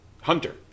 Hunter